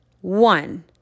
one